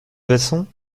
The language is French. façon